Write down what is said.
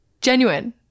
Genuine